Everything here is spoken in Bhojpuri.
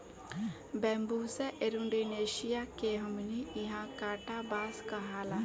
बैम्बुसा एरुण्डीनेसीया के हमनी इन्हा कांटा बांस कहाला